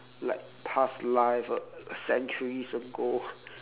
like past life uh centuries ago